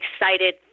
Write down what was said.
excited